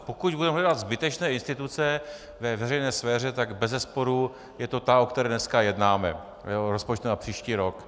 Pokud budeme hledat zbytečné instituce ve veřejné sféře, tak bezesporu je to ta, o které dneska jednáme, rozpočtu na příští rok.